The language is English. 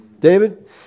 David